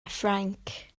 ffrainc